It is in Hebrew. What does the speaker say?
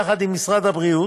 יחד עם משרד הבריאות,